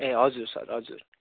ए हजुर सर हजुर